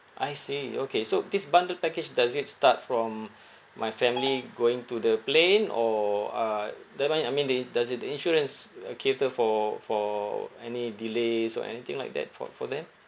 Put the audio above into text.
I see okay so this bundle package does it start from my family going to the plane or uh the mine I mean they does it the insurance uh cater for for any delays or anything like that for for them